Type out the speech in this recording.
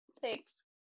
Thanks